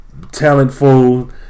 talentful